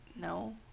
No